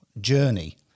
journey